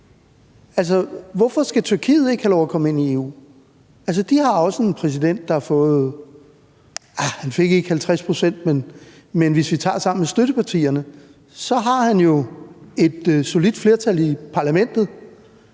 hvorfor skal Tyrkiet ikke have lov til at komme ind i EU? Altså, de har også en præsident, som ikke fik 50 pct., men hvis vi tæller støttepartierne med, har han jo et solidt flertal i parlamentet